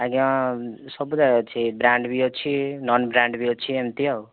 ଆଜ୍ଞା ସବୁ ଜାଗାରେ ଅଛି ବ୍ରାଣ୍ଡ ବି ଅଛି ନନ୍ ବ୍ରାଣ୍ଡ ବି ଅଛି ଏମିତି ଆଉ